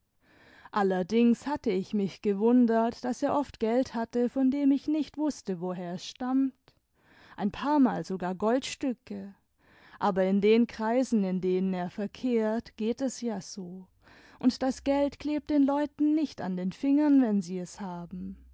allerdings hatte ich mich gewundert daß er oft geld hatte von dem ich nichts wußte woher es stammt ein paarmal sogar goldstücke aber in den kreisen in denen er verkehrt geht es ja so und das geld klebt den leuten nicht an den fingern wenn sie es haben